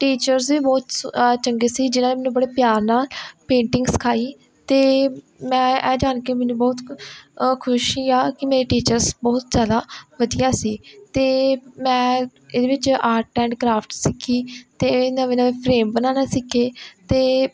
teacher ਵੀ ਬਹੁਤ ਸ ਚੰਗੇ ਸੀ ਜਿਹਨਾਂ ਨੇ ਮੈਨੂੰ ਬੜੇ ਪਿਆਰ ਨਾਲ ਪੇਂਟਿੰਗ ਸਿਖਾਈ ਅਤੇ ਮੈਂ ਇਹ ਜਾਣ ਕੇ ਮੈਨੂੰ ਬਹੁਤ ਕ ਖੁਸ਼ੀ ਆ ਕਿ ਮੇਰੀ ਟੀਚਰਸ ਬਹੁਤ ਜ਼ਿਆਦਾ ਵਧੀਆ ਸੀ ਅਤੇ ਮੈਂ ਇਹਦੇ ਵਿੱਚ ਆਰਟ ਐਂਡ ਕਰਾਫਟ ਸਿੱਖੀ ਅਤੇ ਨਵੇਂ ਨਵੇਂ ਫਰੇਮ ਬਣਾਉਣਾ ਸਿੱਖੇ ਅਤੇ